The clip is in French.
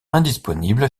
indisponible